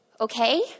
okay